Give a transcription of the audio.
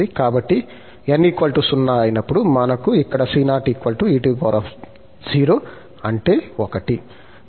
కాబట్టి n 0 అయినప్పుడు మనకు ఇక్కడ c0 e0 అంటే 1